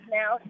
now